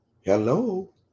Hello